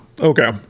Okay